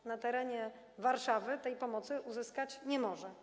Np. na terenie Warszawy tej pomocy uzyskać nie może.